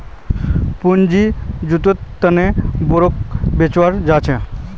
पूँजी जुत्वार तने बोंडोक बेचाल जाहा